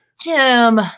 Jim